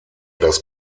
das